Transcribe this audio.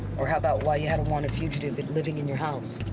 or how about why you had a wanted fugitive living in your house?